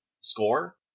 score